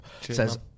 Says